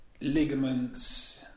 ligaments